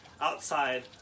outside